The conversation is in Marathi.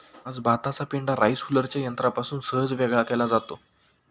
आज भाताचा पेंढा राईस हुलरसारख्या यंत्रापासून सहज वेगळा केला जातो